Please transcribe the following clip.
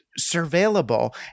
surveillable